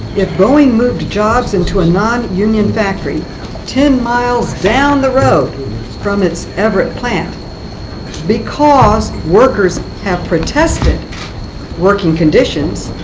if boeing moved jobs into a nonunion factory ten miles down the road from its everett plant because workers have protested working conditions,